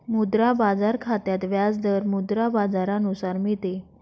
मुद्रा बाजार खात्यात व्याज दर मुद्रा बाजारानुसार मिळते